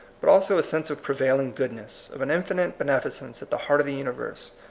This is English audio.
but also a sense of prevailing goodness, of an infinite benefi cence at the heart of the universe,